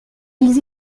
ils